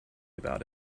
about